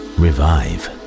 revive